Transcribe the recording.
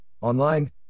online